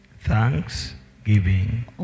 Thanksgiving